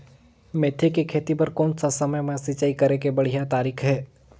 मेथी के खेती बार कोन सा समय मां सिंचाई करे के बढ़िया तारीक हे?